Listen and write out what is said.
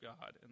God